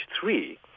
three